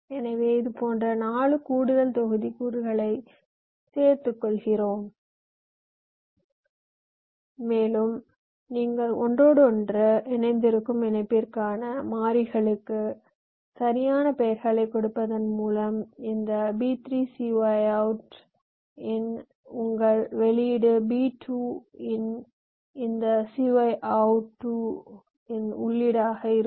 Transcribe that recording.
எனவே இதுபோன்ற 4 கூடுதல் தொகுதிக்கூறுகளை சேர்த்துக் கொள்கிறோம் மேலும் நீங்கள் ஒன்றோடொன்று இணைந்திருக்கும் இணைப்பிற்கான மாரிகளுக்கு சரியான பெயர்களைக் கொடுப்பதன் மூலம் இந்த B3 cy out 2 இன் உங்கள் வெளியீடு B2 இன் இந்த cy out 2 இன் உள்ளீடாக இருக்கும்